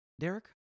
Derek